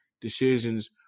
decisions